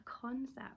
concept